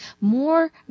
more